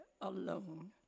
alone